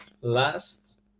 last